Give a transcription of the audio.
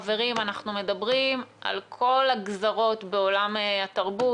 חברים, אנחנו מדברים על כל הגזרות בעולם התרבות.